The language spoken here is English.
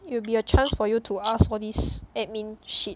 it will be a chance for you to ask all this admin shit